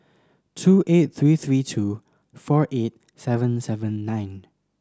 two eight three three two four eight seven seven nine